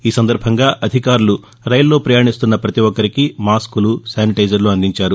ఈ సందర్భంగా అధికారులు రైలులో ప్రయాణిస్తున్న పతి ఒక్కరికీ మాస్కులు శానిలైజర్లను అందించారు